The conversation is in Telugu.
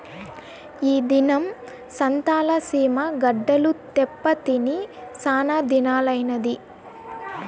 ఈ దినం సంతల సీమ గడ్డలు తేప్పా తిని సానాదినాలైనాది